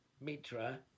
Mitra